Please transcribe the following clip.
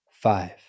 five